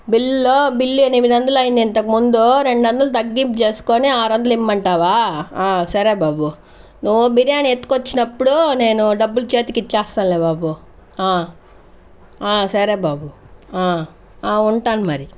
bill లో bill ఎనిమిది వందలు అయ్యింది ఇంతకుముందు రెండు వందలు తగ్గింపు చేసుకొని ఆరు వందలు ఇమ్మంటావా సరే బాబు నువ్వు బిర్యాని ఎత్తుకొని వచ్చినప్పుడు నేను డబ్బులు చేతికి ఇచ్చేస్తాలే బాబు సరే బాబు ఉంటాను మరి